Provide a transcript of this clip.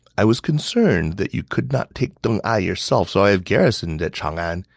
i was concerned that you could not take deng ai yourself, so i have garrisoned at chang'an.